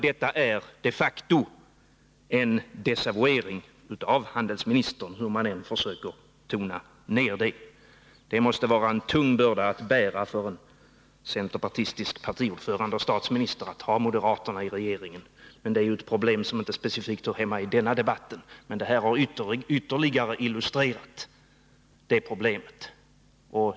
Detta är de facto en desavouering av handelsministern, hur man än försöker tona ner det. Det måste vara en tung börda att bära för en centerpartistisk partiledare och statsminister att ha moderater i regeringen, men det är ett problem som inte specifikt hör hemma i denna debatt. Den här debatten har emellertid ytterligare illustrerat just detta problem.